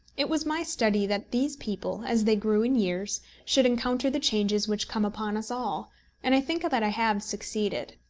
it was my study that these people, as they grew in years, should encounter the changes which come upon us all and i think that i have succeeded.